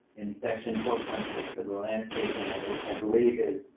in section four point six of the landscape manual, which i believe is